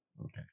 Okay